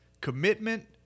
commitment